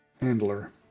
handler